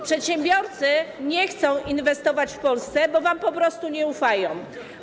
Przedsiębiorcy nie chcą inwestować w Polsce, bo wam po prostu nie ufają.